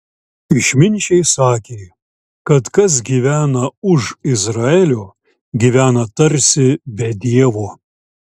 išminčiai sakė kad kas gyvena už izraelio gyvena tarsi be dievo